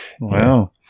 Wow